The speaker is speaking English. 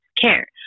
care